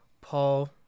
Paul